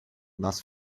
nas